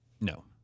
No